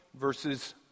verses